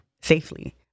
safely